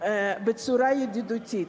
בצורה ידידותית,